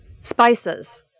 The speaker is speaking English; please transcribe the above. Spices